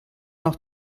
noch